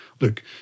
look